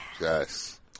yes